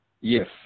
Yes